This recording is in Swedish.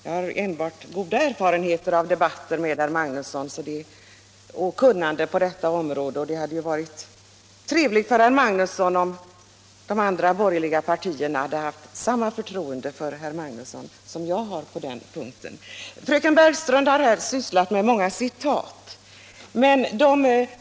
Jag har enbart goda erfarenheter av debatter med herr Magnusson och av hans kunnande på detta område. Det hade varit trevligt för herr Magnusson om de båda andra borgerliga partierna hade haft samma förtroende för honom som jag har på den här punkten. Fröken Bergström har anfört många citat.